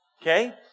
okay